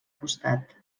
costat